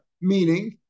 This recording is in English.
Meaning